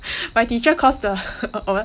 my teacher cause the [what]